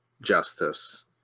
justice